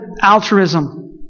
altruism